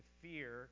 fear